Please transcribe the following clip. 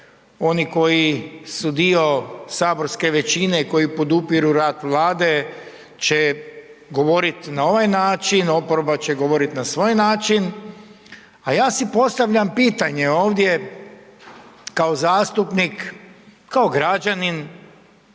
oni koji su dio saborske većine i koji podupiru rad Vlade će govorit na ovaj način, oporba će govoriti na svoj način, a ja si postavljam pitanje ovdje kao zastupnik, kao građanin.